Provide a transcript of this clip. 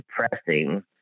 depressing